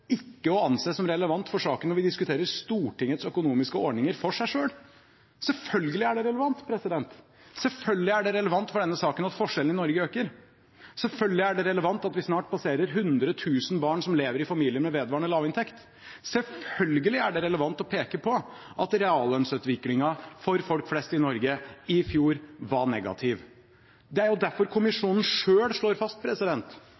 ikke å anse som relevant for saken når vi diskuterer Stortingets økonomiske ordninger for seg selv? Selvfølgelig er det relevant – selvfølgelig er det relevant for denne saken at forskjellene i Norge øker. Selvfølgelig er det relevant at vi snart passerer 100 000 barn som lever i familier med vedvarende lav inntekt. Selvfølgelig er det relevant å peke på at reallønnsutviklingen for folk flest i Norge i fjor var negativ. Det er derfor